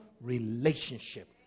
relationship